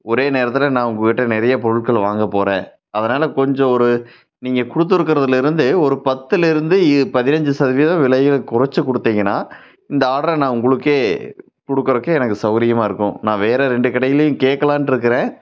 ஒரே நேரத்தில் நான் உங்கள்கிட்ட நிறைய பொருட்கள் வாங்க போகிறேன் அதனால் கொஞ்சம் ஒரு நீங்கள் கொடுத்துருக்குறதுலேருந்து ஒரு பத்துலேருந்து இ பதினஞ்சு சதவீதம் விலைகளை கொறச்சு கொடுத்தீங்கன்னா இந்த ஆர்டரை நான் உங்களுக்கே கொடுக்கறக்கு எனக்கு சவுரியமாக இருக்கும் நான் வேறு ரெண்டு கடையிலையும் கேட்கலான்ருக்குறேன்